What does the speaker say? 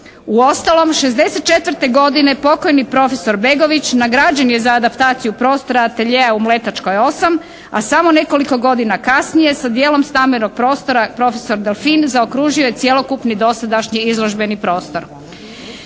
Uostalom '64. godine pokojni profesor Begović nagrađen je za adaptaciju prostora, ateljea u Mletačkoj 8, a samo nekoliko godina kasnije sa dijelom stambenog prostora profesor Dolfin zaokružuje cjelokupni dosadašnji izložbeni prostor.